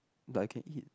but I can eat